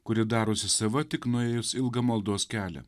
kuri darosi sava tik nuėjus ilgą maldos kelią